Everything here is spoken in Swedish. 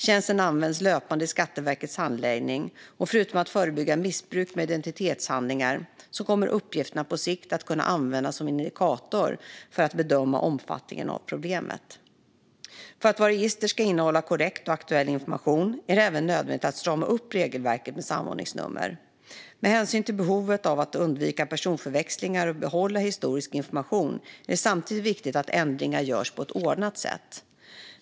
Tjänsten används löpande i Skatteverkets handläggning, och förutom att förebygga missbruk med identitetshandlingar kommer uppgifterna på sikt att kunna användas som en indikator för att bedöma omfattningen av problemet. För att våra register ska innehålla korrekt och aktuell information är det även nödvändigt att strama upp regelverket för samordningsnummer. Med hänsyn till behovet av att undvika personförväxlingar och behålla historisk information är det samtidigt viktigt att ändringar görs på ett ordnat sätt.